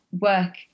work